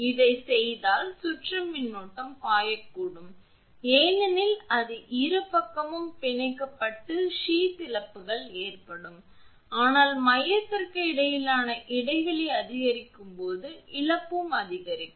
இதைச் செய்தால் சுற்றும் மின்னோட்டம் பாயக்கூடும் ஏனெனில் அது இரு பக்கமும் பிணைக்கப்பட்டு சீத் இழப்புகள் ஏற்படும் ஆனால் மையத்திற்கு இடையிலான இடைவெளி அதிகரிக்கும்போது இழப்பும் அதிகரிக்கும்